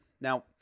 Now